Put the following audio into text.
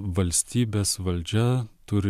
valstybės valdžia turi